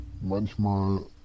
manchmal